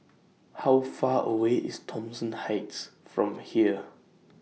How Far away IS Thomson Heights from here